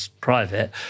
private